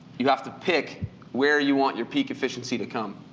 you have to pick where you want your peak efficiency to come.